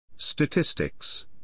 statistics